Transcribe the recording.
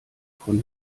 von